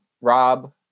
Rob